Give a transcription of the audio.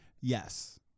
Yes